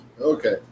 Okay